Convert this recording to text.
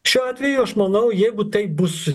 šiuo atveju aš manau jeigu taip bus